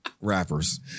Rappers